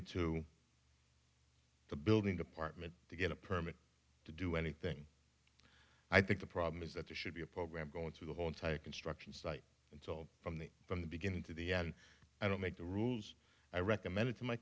it to the building department to get a permit to do anything i think the problem is that there should be a program going through the whole entire construction site and so from the from the beginning to the end i don't make the rules i recommended to my